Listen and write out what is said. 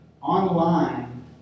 online